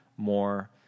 more